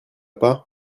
pas